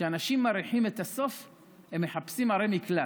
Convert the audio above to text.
כשאנשים מריחים את הסוף הם מחפשים ערי מקלט,